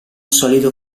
solido